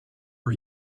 are